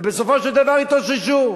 ובסופו של דבר התאוששו.